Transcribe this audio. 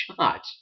shot